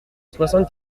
soixante